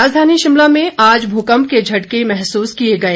भूकम्प राजधानी शिमला में आज भूकंप के झटके महसूस किए गए